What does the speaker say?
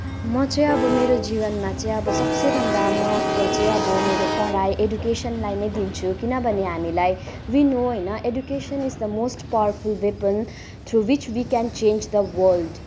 म चाहिँ अब मेरो जीवनमा चाहिँ अब सबसेभन्दा महत्त्व चाहिँ अब मेरो पढाइ एजुकेसनलाई नै दिन्छु किनभने हामीलाई वी नो होइन education is the most powerful weapon through which we can change the world